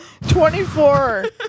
24